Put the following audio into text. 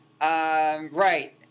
Right